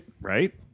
Right